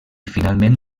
finalment